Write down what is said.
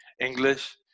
english